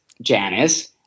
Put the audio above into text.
Janice